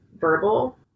verbal